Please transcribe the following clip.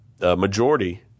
majority